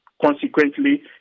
consequently